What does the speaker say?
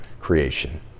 creation